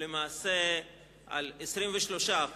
למעשה על 23%